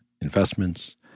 investments